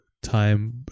time